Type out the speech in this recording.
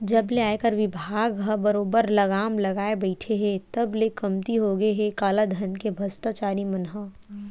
जब ले आयकर बिभाग ह बरोबर लगाम लगाए बइठे हे तब ले कमती होगे हे कालाधन के भस्टाचारी मन ह